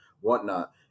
whatnot